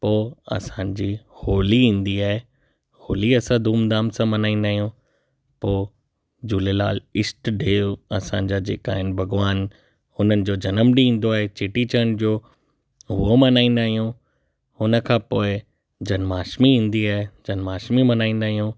पोइ असांजी होली ईंदी आहे होली असां धूमधाम सां मल्हाईंदा आहियूं पोइ झूलेलाल ईष्टदेव असांजा जेका आहिनि भॻवानु हुननि जो जनमॾींहं ईंदो आहे चेटीचंड जो उहो मल्हाईंदा आहियूं हुन खां पोइ जन्माष्टमी ईंदी आहे जन्माष्टमी मल्हाईंदा आहियूं